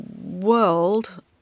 world